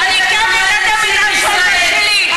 אני אקדם את האג'נדה שלי,